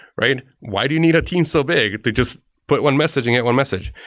right? why do you need a team so big if they just put one messaging at one message?